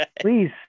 please